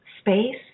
space